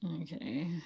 okay